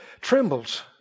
trembles